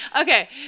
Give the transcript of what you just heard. okay